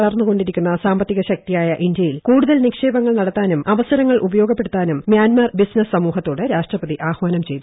വളർന്നുകൊണ്ടിരിക്കുന്ന സാമ്പത്തിക ശക്തിയായ ഇന്ത്യയിൽ കൂടുതൽ നിക്ഷേപങ്ങൾ നടത്താനും അവസരങ്ങൾ ഉപയോഗപ്പെടുത്താനും മ്യാൻമർ ബിസിനസ് സമൂഹത്തോട് രാഷ്ട്രപതി ആഹാനം ചെയ്തു